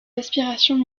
aspirations